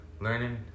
learning